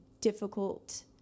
difficult